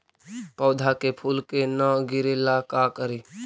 पौधा के फुल के न गिरे ला का करि?